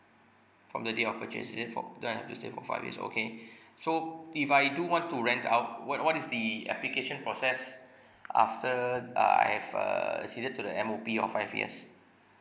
from the day of purchase is it for then I have to stay for five years okay so if I do want to rent out what what is the application process after uh I have uh acceded to the M_O_P of five years